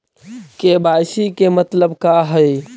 KYC के मतलब का हई?